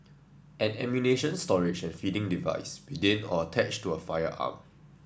an ammunition storage and feeding device within or attached to a firearm